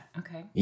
okay